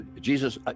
Jesus